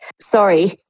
sorry